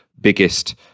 biggest